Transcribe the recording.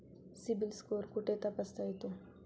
CIBIL score कुठे तपासता येतो?